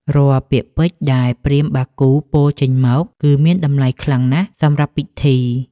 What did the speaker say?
រាល់ពាក្យពេចន៍ដែលព្រាហ្មណ៍បាគូពោលចេញមក គឺមានតម្លៃខ្លាំងណាស់សម្រាប់ពីធី។